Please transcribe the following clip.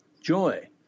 joy